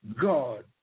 God